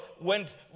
went